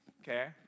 okay